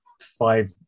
five